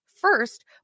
first